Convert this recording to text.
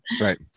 right